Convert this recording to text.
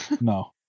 no